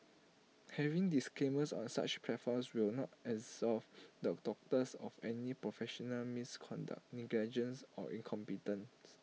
having disclaimers on such platforms will not absolve the doctors of any professional misconduct negligence or incompetence